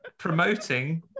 promoting